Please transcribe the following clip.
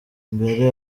mbere